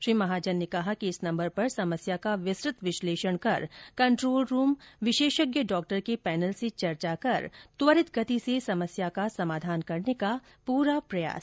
श्री महाजन ने कहा कि इस नंबर पर समस्या का विस्तृत विश्लेषण कर कंट्रोल रूम विशेषज्ञ डॉक्टर के पैनल से चर्चा कर त्वरित गति से समस्या का समाधान करने का पूरा प्रयास करेगा